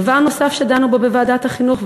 דבר נוסף שעליו דנו בוועדת החינוך,